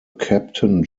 captain